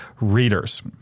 readers